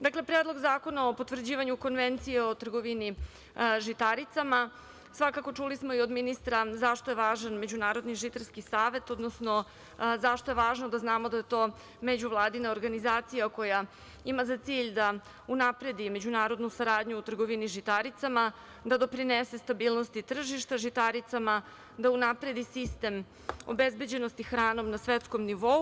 Dakle, Predlog zakona o potvrđivanju Konvencije o trgovini žitaricama, čuli smo i od ministra zašto je važan Međunarodni žitarski savet, odnosno zašto je važno da znamo da je to međuvladina organizacija koja ima za cilj da unapredi međunarodnu saradnju u trgovini žitaricama, da doprinese stabilnosti tržišta žitaricama, da unapredi sistem obezbeđenosti hranom na svetskom nivou.